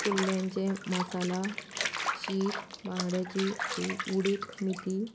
कुल्ल्यांचे मसाला शीत बांगड्यांची उ उडीत मेथी